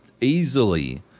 easily